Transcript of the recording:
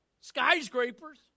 skyscrapers